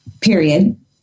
period